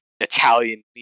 Italian